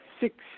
six